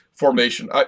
formation